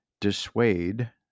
dissuade